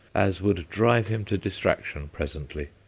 as would drive him to distraction presently.